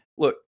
Look